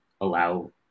allow